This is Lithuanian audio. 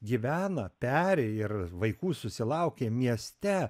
gyvena peri ir vaikų susilaukia mieste